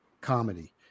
comedy